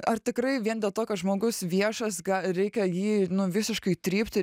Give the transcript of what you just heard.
ar tikrai vien dėl to kad žmogus viešas ga reikia jį nu visiškai trypti